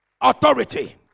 Authority